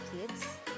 kids